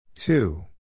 Two